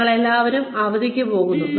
ഞങ്ങൾ എല്ലാവരും അവധിക്ക് പോകുന്നു